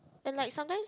and like sometimes